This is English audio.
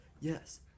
yes